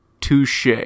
Touche